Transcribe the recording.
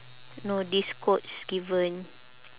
no these quotes given